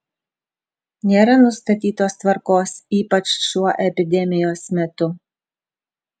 nėra nustatytos tvarkos ypač šiuo epidemijos metu